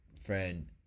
friend